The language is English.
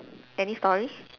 any story